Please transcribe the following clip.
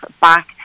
back